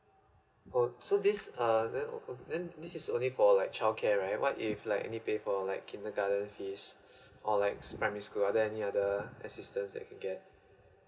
oh so this uh then then this is only for like childcare right what if like any people like kindergarten fees or likes primary school are there any other assistance that can get